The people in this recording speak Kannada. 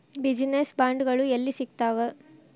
ಬಿಜಿನೆಸ್ ಬಾಂಡ್ಗಳು ಯೆಲ್ಲಿ ಸಿಗ್ತಾವ?